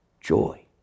joy